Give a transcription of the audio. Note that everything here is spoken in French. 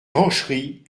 rancheries